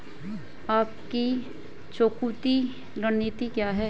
आपकी चुकौती रणनीति क्या है?